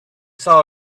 saw